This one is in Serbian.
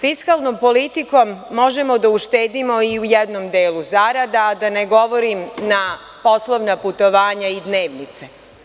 Fiskalnom politikom možemo da uštedimo i u jednom delu zarada, a da ne govorim na poslovna putovanja i dnevnice.